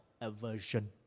aversion